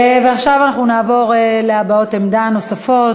עכשיו אנחנו נעבור להבעות עמדות נוספות.